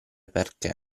perché